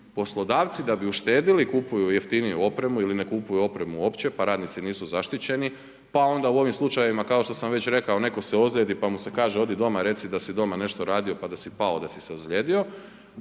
poslodavci da bi uštedili kupuju jeftiniju opremu ili ne kupuju opremu uopće pa radnici nisu zaštićeni. Pa onda u ovim slučajevima kao što sam već rekao netko se ozlijedi pa mu se kaže odi doma i reci da si doma nešto radio pa da si pao da si se ozlijedio.